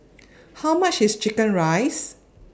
How much IS Chicken Rice